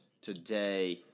today